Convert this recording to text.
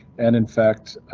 and in fact.